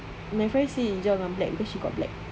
my friend say hijau dengan black because she got black